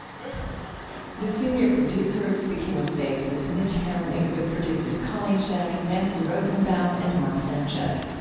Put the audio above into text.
like ah the but the senior producer of speaking of faith is mitch hanley, with producers colleen scheck, nancy rosenbaum, and marc sanchez.